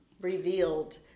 revealed